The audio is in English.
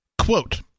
Quote